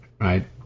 right